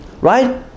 Right